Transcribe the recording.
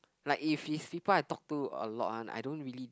like if is people I talk to a lot one I don't really